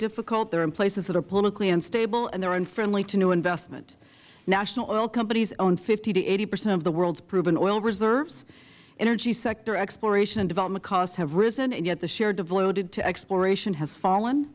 difficult they are in places that are politically unstable and they are unfriendly to new investment national oil companies own fifty to eighty percent of the world's proven oil reserves energy sector exploration and development costs have risen and yet the share devoted to exploration has fallen